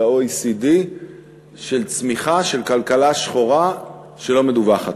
ה-OECD של צמיחה של כלכלה שחורה שלא מדווחת.